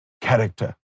character